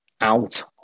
out